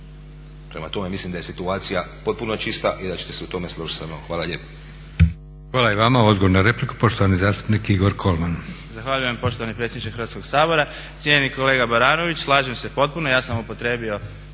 Prema tome, mislim da je situacija potpuno čista i da ćete se u tome složit sa mnom. Hvala lijepo.